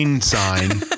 sign